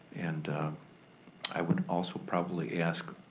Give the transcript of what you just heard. and i would also probably ask